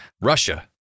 Russia